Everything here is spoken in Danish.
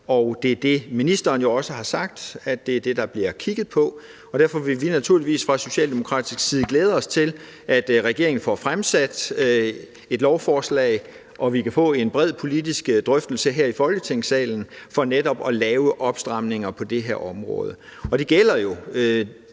og som ministeren jo også har sagt, er det dét, der bliver kigget på, og derfor vil vi naturligvis fra socialdemokratisk side glæde os til, at regeringen får fremsat et lovforslag, og at vi kan få en bred politisk drøftelse her i Folketingssalen for netop at lave opstramninger på det her område, og det handler jo